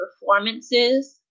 performances